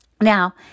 Now